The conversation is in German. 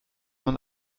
man